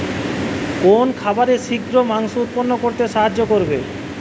কোন খাবারে শিঘ্র মাংস উৎপন্ন করতে সাহায্য করে?